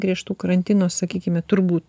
griežtų karantino sakykime turbūt